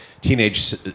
teenage